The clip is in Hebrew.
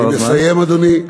אני מסיים, אדוני.